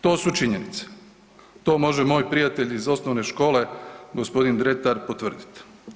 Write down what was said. To su činjenice, to može moj prijatelj iz osnovne škole gospodin Dretar potvrditi.